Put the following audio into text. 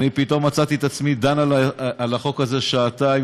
אני פתאום מצאתי את עצמי דן על החוק הזה שעתיים,